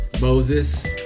Moses